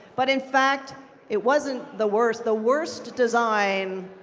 but in fact it wasn't the worst. the worst design,